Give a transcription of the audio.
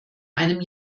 einem